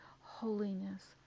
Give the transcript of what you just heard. holiness